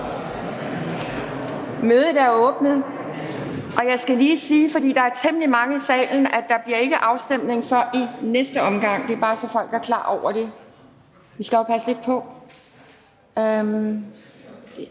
Mødet er åbnet. Jeg skal lige sige, for der er temmelig mange i salen, at der ikke bliver afstemning før i næste omgang. Det er bare, så folk er klar over det. Vi skal jo passe lidt på. Der